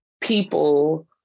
people